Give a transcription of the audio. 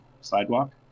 sidewalk